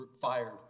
fired